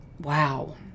wow